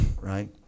right